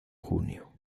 junio